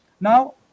Now